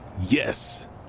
yes